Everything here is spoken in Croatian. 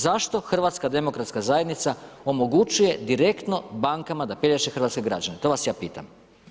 Zašto HDZ omogućuje direktno bankama da pelješe hrvatske građane, to vas ja pitam.